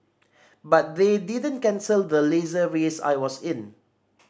but they didn't cancel the Laser race I was in